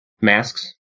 masks